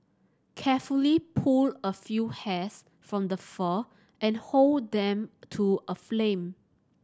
carefully pull a few hairs from the fur and hold them to a flame